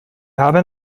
haben